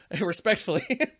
respectfully